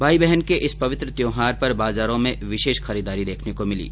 भाई बहन के इस पवित्र त्यौहार पर बाजारों में विशेष खरीददारी देखने को मिली